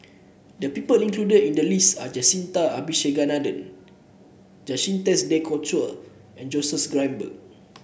the people included in the list are Jacintha Abisheganaden de Coutre and Joseph Grimberg